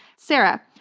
sarah,